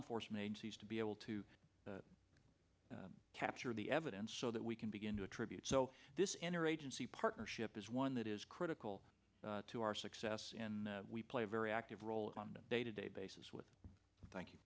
enforcement agencies to be able to capture the evidence so that we can begin to attribute so this inner agency partnership is one that is critical to our success and we play a very active role on the day to day basis with